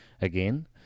Again